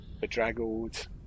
bedraggled